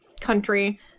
country